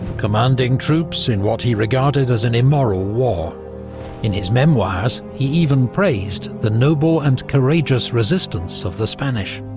commanding troops in what he regarded as an immoral war in his memoirs he even praised the noble and courageous resistance of the spanish.